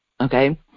okay